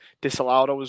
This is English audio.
disallowed